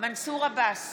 מנסור עבאס,